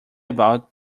about